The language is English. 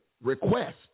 request